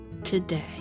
today